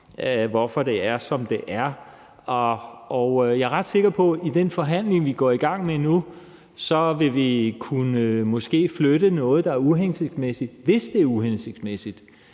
hvorfor det er, som det er. Jeg er ret sikker på, at vi i den forhandling, vi går i gang med nu, vil kunne flytte noget, der er uhensigtsmæssigt, hvis det er uhensigtsmæssigt,